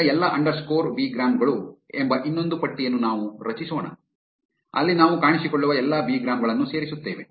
ಈಗ ಎಲ್ಲಾ underscore bigram ಗಳು ಎಂಬ ಇನ್ನೊಂದು ಪಟ್ಟಿಯನ್ನು ನಾವು ರಚಿಸೋಣ ಅಲ್ಲಿ ನಾವು ಕಾಣಿಸಿಕೊಳ್ಳುವ ಎಲ್ಲಾ ಬಿಗ್ರಾಮ್ ಗಳನ್ನು ಸೇರಿಸುತ್ತೇವೆ